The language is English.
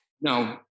No